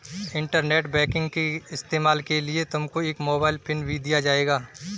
internet banking के इस्तेमाल के लिए तुमको एक मोबाइल पिन भी दिया जाएगा